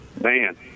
man